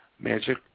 Magic